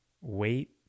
wait